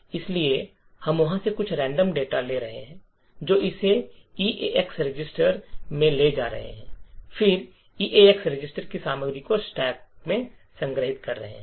इसलिए हम वहां से कुछ रेंडम डेटा ले रहे हैं जो इसे ईएएक्स रजिस्टर में ले जा रहे हैं और फिर ईएएक्स रजिस्टर की सामग्री को स्टैक में संग्रहित कर रहे हैं